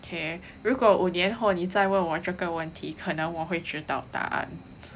k 如果五年后你再问我这个问题可能我会知道答案